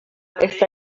está